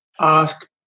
ask